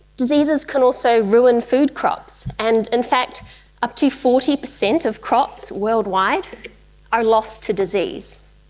diseases can also ruin food crops, and in fact up to forty percent of crops worldwide are lost to disease.